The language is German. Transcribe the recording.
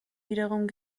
wiederum